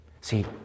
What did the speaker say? See